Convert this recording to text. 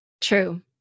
True